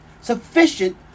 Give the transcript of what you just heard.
Sufficient